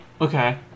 Okay